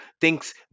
thinks